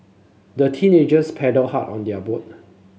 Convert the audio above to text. the teenagers paddled hard on their boat